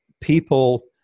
people –